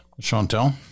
Chantal